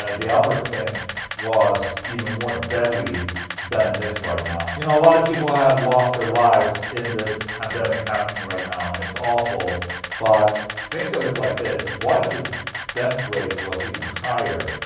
ah the albert thing was even more deadly than it is right now? you know, a lot of people have lost their lives in this pandemic happening right now, and it's awful but think of it like this. what if the death rate was even higher?